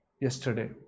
yesterday